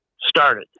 started